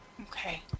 Okay